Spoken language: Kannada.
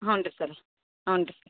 ಹ್ಞೂಂ ರೀ ಸರ್ ಹ್ಞೂಂ ರೀ